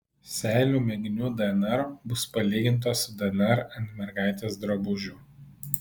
seilių mėginių dnr bus palyginta su dnr ant mergaitės drabužių